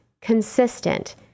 consistent